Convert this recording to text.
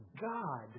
God